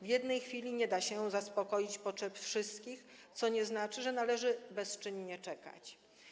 W jednej chwili nie da się zaspokoić potrzeb wszystkich, co nie znaczy, że należy bezczynnie czekać.